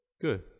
Good